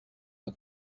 but